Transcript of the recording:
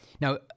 now